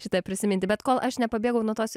šitą prisiminti bet kol aš nepabėgau nuo tos